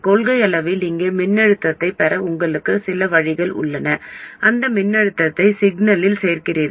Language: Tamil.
கொள்கையளவில் இங்கே மின்னழுத்தத்தைப் பெற உங்களுக்கு சில வழிகள் உள்ளன அந்த மின்னழுத்தத்தை சிக்னலில் சேர்க்கிறீர்கள்